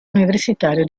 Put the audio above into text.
universitario